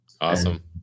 Awesome